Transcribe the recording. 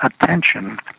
attention